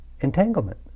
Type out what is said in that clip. entanglement